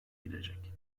girecek